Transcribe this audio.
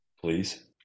please